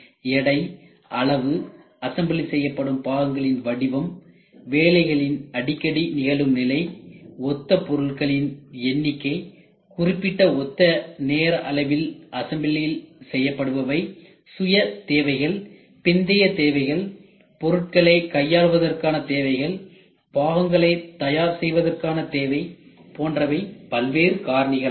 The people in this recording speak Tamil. எடை அளவு அசெம்பிளி செய்யப்படும் பாகங்களின் வடிவம் வேலைகளின் அடிக்கடி நிகழும் நிலை ஒத்தப் பொருள்களின் எண்ணிக்கை குறிப்பிட்ட ஒத்த நேர அளவில் அசம்பிள் செய்யப்படுபவை சுய தேவைகள் பிந்திய தேவைகள் பொருட்களை கையாளுவதற்கான தேவைகள் பாகங்களை தயார் செய்வதற்கான தேவை போன்றவை பல்வேறு காரணிகளாகும்